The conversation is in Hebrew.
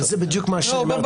זה בדיוק מה שאמרתי.